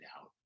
out